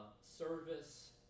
service